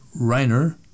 Reiner